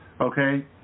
okay